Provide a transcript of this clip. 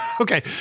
okay